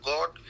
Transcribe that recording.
God